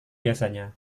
biasanya